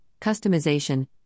customization